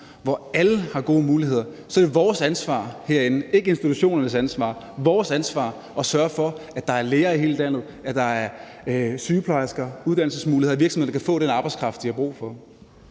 hvor alle har gode muligheder, er det vores ansvar herinde – ikke institutionernes ansvar. Det er vores ansvar at sørge for, at der er lærere i hele landet, at der er sygeplejersker, uddannelsesmuligheder, og at virksomhederne kan få den arbejdskraft, de har brug for.